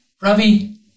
Ravi